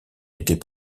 n’était